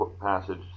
passage